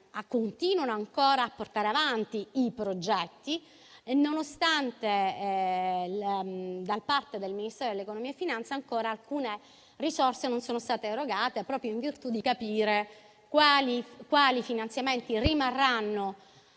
continuano a portare avanti i progetti, nonostante da parte del Ministero dell'economia e delle finanze alcune risorse non siano state ancora erogate, proprio in virtù di capire quali finanziamenti rimarranno